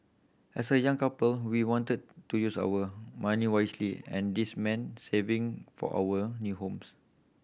as a young couple we wanted to use our money wisely and this meant saving for our new homes